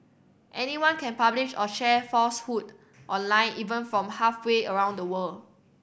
anyone can publish or share falsehood online even from halfway around the world